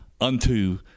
unto